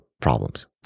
problems